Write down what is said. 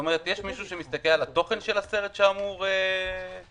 מישהו שמסתכל על התוכן של הסרט שאמור להיות?